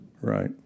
Right